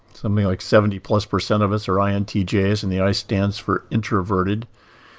something like seventy plus percent of us are ah intjs, and the i stands for introverted.